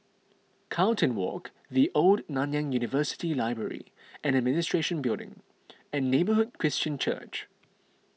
Carlton Walk the Old Nanyang University Library and Administration Building and Neighbourhood Christian Church